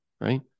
right